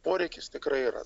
poreikis tikrai yra